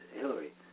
Hillary